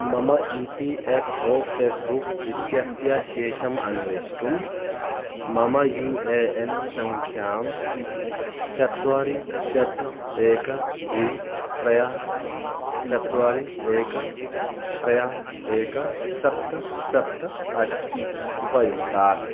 मम E P F O Facebook इत्यस्य शेषम् अन्वेष्टुं मम यू ए एन् सङ्ख्यां चत्वारि षट् एकं द्वे त्रीणि चत्वारि एकं त्रीणि एकं सप्त सप्त अष्ट उपयुङ्क्तात्